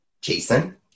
Jason